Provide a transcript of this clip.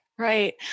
Right